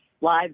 live